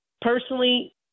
personally